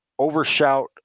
overshout